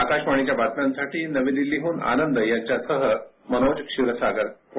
आकाशवाणीच्या बातम्यांसाठी नवी दिल्लीहून आनंद यांच्यासह मनोज क्षीरसागर पुणे